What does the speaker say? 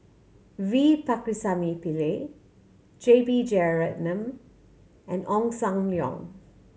V Pakirisamy Pillai J B Jeyaretnam and Ong Sam Leong